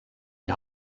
die